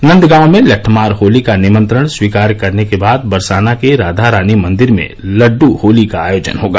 नन्दगांव में लटठमार होली का निमंत्रण स्वीकार करने के बाद बरसाना के राधा रानी मंदिर में लड़डू होली का आयोजन होगा